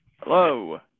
Hello